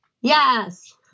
Yes